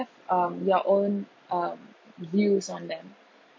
um your own um views on them